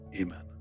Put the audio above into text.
amen